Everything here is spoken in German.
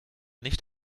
nicht